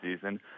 season